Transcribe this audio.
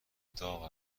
داغ